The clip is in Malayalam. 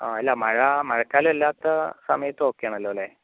ആ അല്ല മഴ മഴക്കാലം അല്ലാത്ത സമയത്ത് ഒക്കെ ആണല്ലോ അല്ലേ